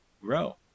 grow